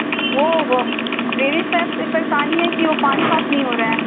وہ وہ drainage pipe سے پریشانی ہے کہ وہ پانی پاس نہیں ہو رہا ہے